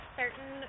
certain